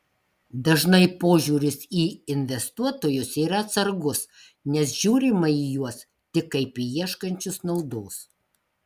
dažnai požiūris į investuotojus yra atsargus nes žiūrima į juos tik kaip į ieškančius naudos